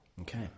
Okay